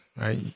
Right